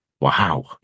Wow